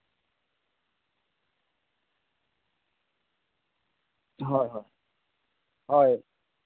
ᱦᱳᱭ ᱦᱳᱭ ᱦᱳᱭ